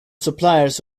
suppliers